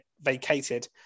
vacated